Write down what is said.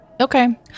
Okay